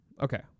Okay